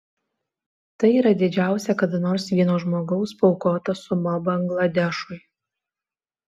tai yra didžiausia kada nors vieno žmogaus paaukota suma bangladešui